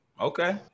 Okay